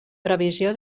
previsió